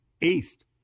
East